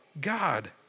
God